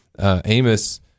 Amos